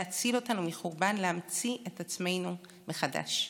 להציל אותנו מחורבן, להמציא את עצמנו מחדש.